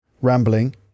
Rambling